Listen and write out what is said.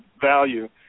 value